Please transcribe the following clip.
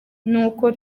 n’uko